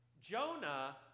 jonah